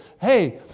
Hey